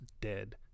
dead